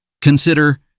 Consider